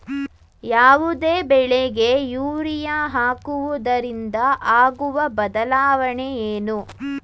ಯಾವುದೇ ಬೆಳೆಗೆ ಯೂರಿಯಾ ಹಾಕುವುದರಿಂದ ಆಗುವ ಬದಲಾವಣೆ ಏನು?